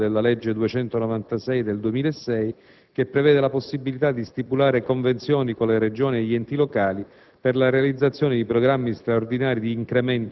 È il caso dell'articolo 1, comma 439, della legge n. 296 del 2006, che prevede la possibilità di stipulare convenzioni con le Regioni e gli enti locali